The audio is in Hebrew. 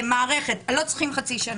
מערכת, לא צריכים חצי שנה.